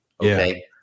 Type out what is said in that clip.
Okay